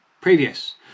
previous